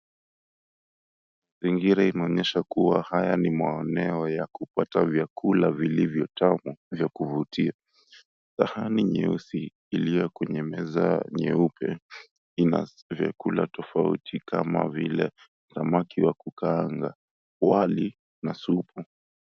Mazingira inaonyesha kuwa haya ni maoneo ya kupata vyakula vilivyo tamu vya kuvutia. Sahani nyeusi iliyo kwenye meza nyeupe ina vyakula tofauti kama vile samaki wa kukaanga, wali na supu.